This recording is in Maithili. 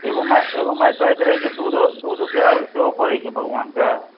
एगो माय कहैत रहै जे दुधकेंँ अर्घ्य सेहो पड़ै छै भगवानकेँ